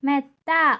മെത്ത